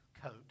coat